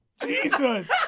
Jesus